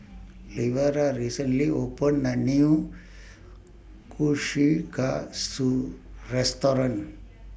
Lavera recently opened A New Kushikatsu Restaurant